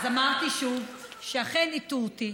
אז אמרתי שוב שאכן הטעו אותי,